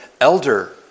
elder